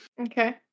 Okay